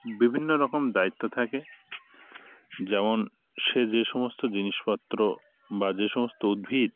বিভিন্ন রকম দায়িত্ব থাকে যেমন সে যে সমস্ত জিনিসপত্র বা যে সমস্ত উদ্ভিদ